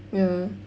ya